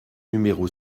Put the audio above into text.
numéro